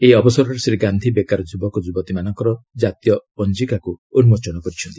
ଏହି ଅବସରରେ ଶ୍ରୀ ଗାନ୍ଧି ବେକାର ଯୁବକଯୁବତୀମାନଙ୍କ ଜାତୀୟ ପଞ୍ଜିକାକୁ ଉନ୍କୋଚନ କରିଛନ୍ତି